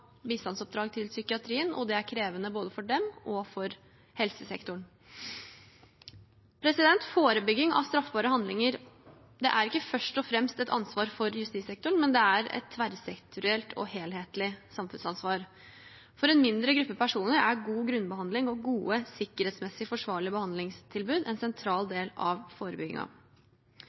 bistandsoppdrag til psykiatrien, og det er krevende både for dem og for helsesektoren. Forebygging av straffbare handlinger er ikke først og fremst et ansvar for justissektoren, men det er et tverrsektorielt og helhetlig samfunnsansvar. For en mindre gruppe personer er god grunnbehandling og gode, sikkerhetsmessig forsvarlige behandlingstilbud en sentral del av